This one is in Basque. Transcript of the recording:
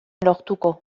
lortuko